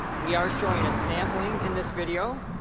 we are showing a sampling in this video.